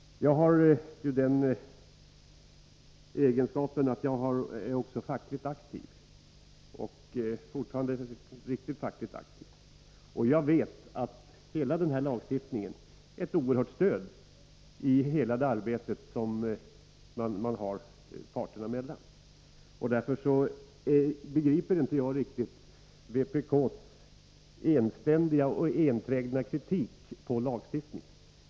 Jag är själv fortfarande fackligt mycket aktiv, och jag vet att hela denna lagstiftning är ett oerhört stöd i det arbete som man bedriver parterna emellan. Därför begriper jag inte riktigt vpk:s enständiga kritik av den lagstiftningen.